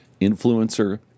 Influencer